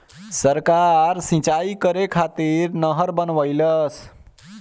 सरकार सिंचाई करे खातिर नहर बनवईलस